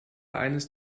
eines